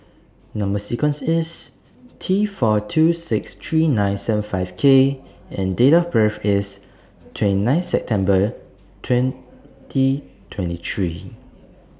Number sequence IS T four two six three nine seven five K and Date of birth IS twenty nine September twenty twenty three